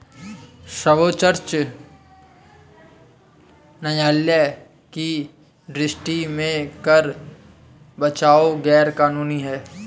सर्वोच्च न्यायालय की दृष्टि में कर बचाव गैर कानूनी है